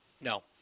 No